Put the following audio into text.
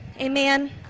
Amen